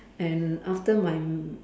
and after my m~